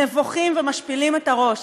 נבוכים ומשפילים את הראש.